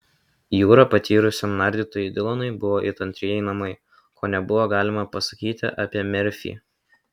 jūra patyrusiam nardytojui dilanui buvo it antrieji namai ko nebuvo galima pasakyti apie merfį